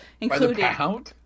including